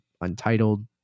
untitled